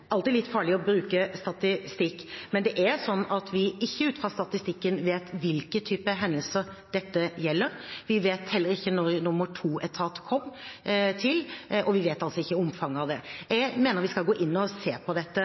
alltid litt farlig å bruke statistikk, men ut fra statistikken vet vi ikke hvilke typer hendelser dette gjelder. Vi vet heller ikke når nummer to-etat kom til. Vi vet altså ikke omfanget av det. Jeg mener at vi skal gå inn og se på dette.